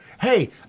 hey